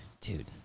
dude